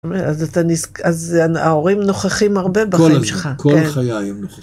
אז אתה נסכם, אז ההורים נוכחים הרבה בחיים שלך.